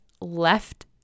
left